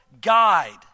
guide